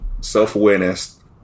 Self-awareness